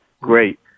Great